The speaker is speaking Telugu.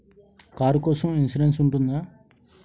కారు కోసం ఇన్సురెన్స్ ఉంటుందా?